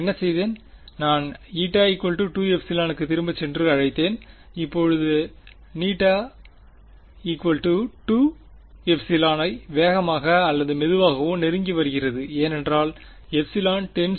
நான் η 2ε கு திரும்பச்சென்று அழைத்தேன் இப்போதுநீட்ட η 2ε வை வேகமாகவோ அல்லது மெதுவாகவோ நெருங்கிவருகிறது ஏனென்றால் ε டென்ட்ஸ் டு 0